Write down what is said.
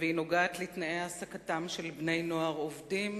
והיא נוגעת לתנאי העסקתם של בני-נוער עובדים.